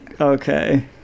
Okay